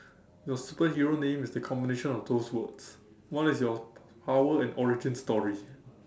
your superhero name is the combination of those words what is your power and origin story